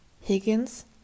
Higgins